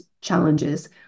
challenges